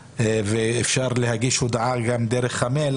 ואפשר להגיש הודעה גם דרך המייל,